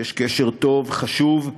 יש קשר טוב, חשוב,